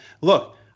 Look